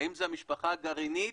האם זה המשפחה הגרעינית,